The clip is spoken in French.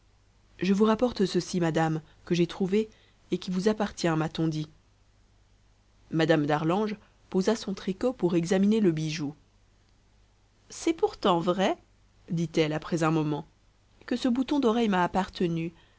je vous rapporte ceci madame que j'ai trouvé et qui vous appartient m'a-t-on dit madame d'arlange posa son tricot pour examiner le bijou c'est pourtant vrai dit-elle après un moment que ce bouton d'oreille m'a appartenu